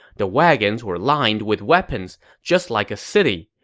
the wagons were lined with weapons, just like a city.